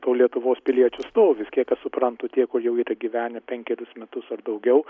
to lietuvos piliečio stovis kiek aš suprantu tie kur jau yra gyvenę penkerius metus ar daugiau